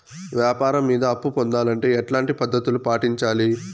వ్యాపారం మీద అప్పు పొందాలంటే ఎట్లాంటి పద్ధతులు పాటించాలి?